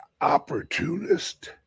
opportunist